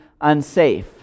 unsafe